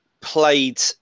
played